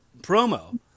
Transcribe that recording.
promo